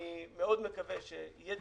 אני מאוד מקווה שיהיה דיון בממשלה מהר.